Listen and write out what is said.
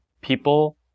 people